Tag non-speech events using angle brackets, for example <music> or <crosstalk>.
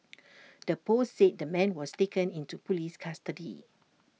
<noise> the post said the man was taken into Police custody